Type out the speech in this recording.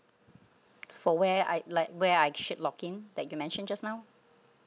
for where I like where I should log in that you mentioned just now